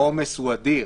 העומס אדיר.